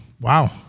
Wow